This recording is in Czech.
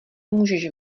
můžeš